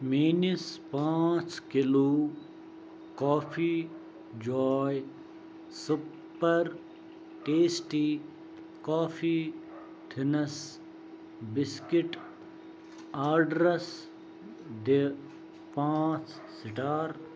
میٛٲنِس پانٛژھ کِلوٗ کوٛافی جوٛاے سُپر ٹیسٹی کوٛافی تھِنَس بِسکِٹ آڈرَس دِ پانٛژھ سِٹار